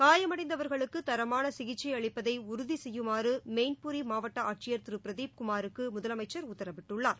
காயமடைந்தவர்களுக்கு தரமான சிகிச்சை அளிப்பதை உறுதி செய்யுமாறு மெயின்புரி மாவட்ட ஆட்சியர் திரு பிரதீப் குமாருக்கு முதலமைச்சர் உத்தரவிட்டுள்ளார்